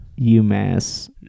UMass